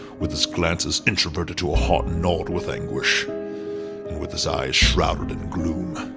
with his glances introverted to a heart gnawed with anguish, and with his eyes shrouded in gloom,